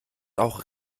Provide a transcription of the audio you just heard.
auch